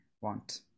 want